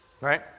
Right